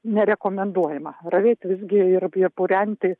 nerekomenduojama ravėti visgi ir ir purenti